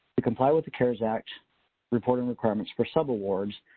to comply with the cares act reporting requirements for subawards,